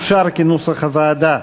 אושר כנוסח הוועדה.